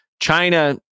China